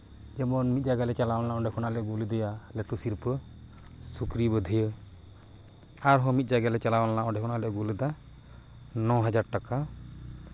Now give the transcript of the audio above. ᱡᱮᱢᱚᱱ ᱢᱤᱫ ᱡᱟᱭᱜᱟ ᱞᱮ ᱪᱟᱞᱟᱣ ᱞᱮᱱᱟ ᱚᱸᱰᱮ ᱠᱷᱚᱱᱟᱜ ᱞᱮ ᱟᱹᱜᱩ ᱞᱮᱫᱮᱭᱟ ᱞᱟᱹᱴᱩ ᱥᱤᱨᱯᱟᱹ ᱥᱩᱠᱨᱤ ᱵᱟᱹᱫᱷᱭᱟᱹ ᱟᱨᱦᱚᱸ ᱢᱤᱫ ᱡᱟᱭᱜᱟᱞᱮ ᱪᱟᱞᱟᱣ ᱞᱮᱱᱟ ᱚᱸᱰᱮ ᱠᱷᱚᱱᱟᱜ ᱞᱮ ᱟᱹᱜᱩ ᱞᱮᱫᱟ ᱱᱚ ᱦᱟᱡᱟᱨ ᱴᱟᱠᱟ